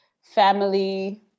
Family